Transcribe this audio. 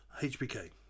HBK